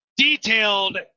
detailed